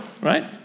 Right